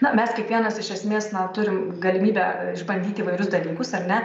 na mes kiekvienas iš esmės na turim galimybę išbandyt įvairius dalykus ar ne